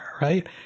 right